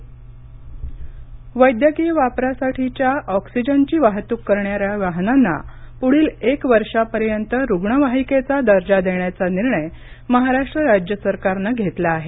वैद्यकीय ऑक्सिजन वैद्यकीय वापरासाठीच्या ऑक्सिजनची वाहतूक करणाऱ्या वाहनांना पुढील एक वर्षापर्यंत रुग्णवाहिकेचा दर्जा देण्याचा निर्णय महाराष्ट्र राज्य सरकारनं घेतला आहे